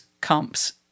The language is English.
comps